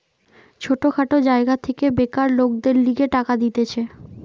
ছোট খাটো জায়গা থেকে বেকার লোকদের লিগে টাকা দিতেছে